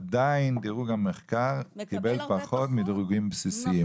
עדיין דירוג המחקר קיבל פחות מדירוגים בסיסיים.